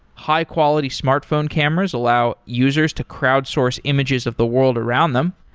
high-quality smart phone cameras allow users to crowdsource images of the world around them,